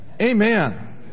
amen